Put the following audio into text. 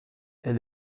elle